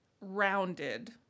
rounded